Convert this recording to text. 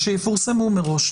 ושיפורסמו מראש.